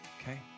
okay